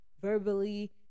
verbally